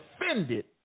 offended